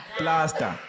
plaster